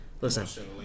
Listen